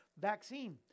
Vaccine